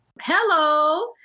Hello